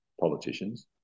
politicians